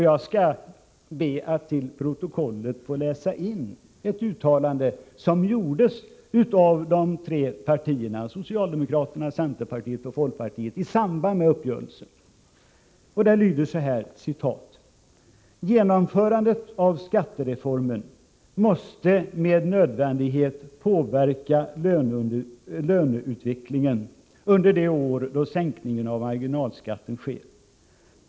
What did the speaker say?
Jag skall be att få till protokollet läsa in ett uttalande som gjordes av de tre partierna socialdemokraterna, centerpartiet och folkpartiet i samband med uppgörelsen: ”Genomförandet av skattereformen måste med nödvändighet påverka löneutvecklingen under de år då sänkningen av marginalskatten sker.